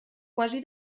quasi